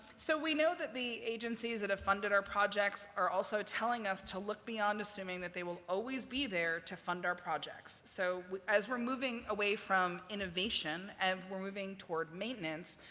so we know that the agencies that have funded our projects are also telling us to look beyond assuming that they will always be there to fund our projects, so as we're moving away from innovation and we're moving toward maintenance,